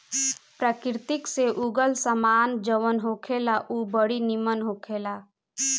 प्रकृति से उगल सामान जवन होखेला उ बड़ी निमन होखेला